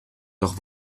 doch